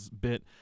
bit